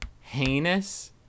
heinous